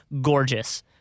gorgeous